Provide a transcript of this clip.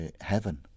heaven